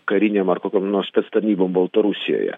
karinėm ar kokiom spectarnybom baltarusijoje